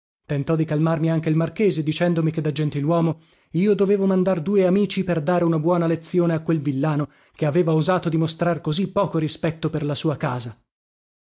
tentò di calmarmi anche il marchese dicendomi che da gentiluomo io dovevo mandar due amici per dare una buona lezione a quel villano che aveva osato di mostrar così poco rispetto per la sua casa